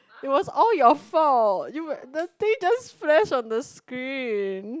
it was all your fault you were the things just flash on the screen